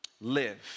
live